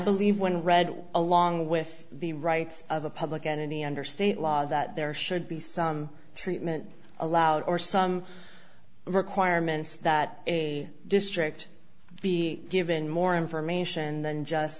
believe when read along with the rights of the public and any under state law that there should be some treatment allowed or some requirements that a district be given more information than just